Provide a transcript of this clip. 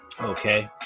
Okay